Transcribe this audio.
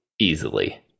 easily